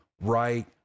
right